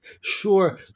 Sure